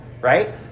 right